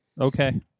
Okay